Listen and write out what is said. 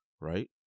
right